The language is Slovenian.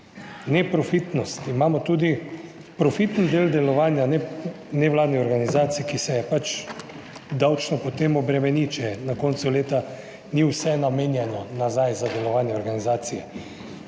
Neprofitnost. Imamo tudi profitni del delovanja nevladnih organizacij ki se je pač davčno potem obremeni če na koncu leta ni vse namenjeno nazaj za delovanje organizacije.